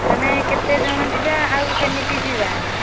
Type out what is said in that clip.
ଆମେ କେତେ ଜଣ ଯିବା ଆଉ କେମିତି ଯିବା